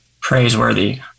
praiseworthy